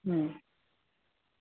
ఆ